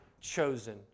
Chosen